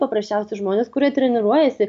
paprasčiausi žmonės kurie treniruojasi